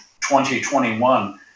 2021